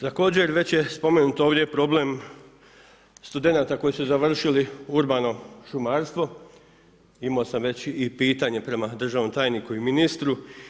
Također, već je spomenuto ovdje problem studenata koji su završili Urbano šumarstvo, imao sam već i pitanje prema državnom tajniku i ministru.